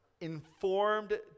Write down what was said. informed